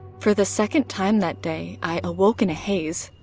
for the second time that day, i awoke in a haze.